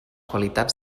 qualitats